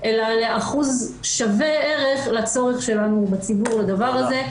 אלא לאחוז שווה ערך לצורך שלנו בציבור לדבר הזה.